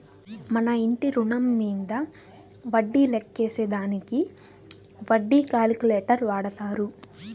మన ఇంటి రుణం మీంద వడ్డీ లెక్కేసే దానికి వడ్డీ క్యాలిక్యులేటర్ వాడతారు